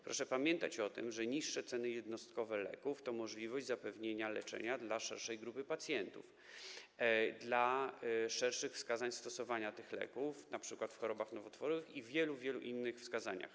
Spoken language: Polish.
Proszę pamiętać o tym, że niższe ceny jednostkowe leków to możliwość zapewnienia leczenia dla szerszej grupy pacjentów, dla szerszych wskazań stosowania tych leków, np. w chorobach nowotworowych i w wielu, wielu innych wskazaniach.